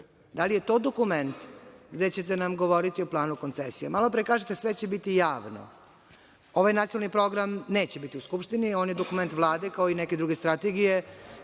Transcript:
Da li je to dokument gde ćete nam govoriti o planu koncesije? Malo pre kažete – sve će biti javno. Ovaj nacionalni program neće biti u Skupštini, on je dokument Vlade, kao i neke druge strategije